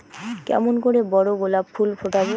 কেমন করে বড় গোলাপ ফুল ফোটাব?